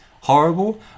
Horrible